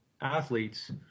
athletes